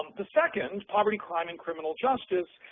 the second, poverty, crime, and criminal justice,